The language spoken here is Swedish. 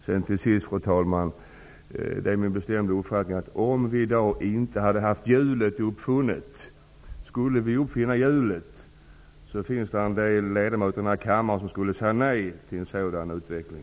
Fru talman! Det är min bestämda upfattning att om hjulet inte redan skulle vara uppfunnet, skulle det finnas ledamöter i denna kammare som i fråga om att uppfinna hjulet skulle säga nej till en sådan utveckling.